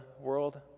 world